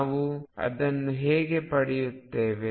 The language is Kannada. ನಾವು ಅದನ್ನು ಹೇಗೆ ಪಡೆಯುತ್ತೇವೆ